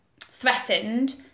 threatened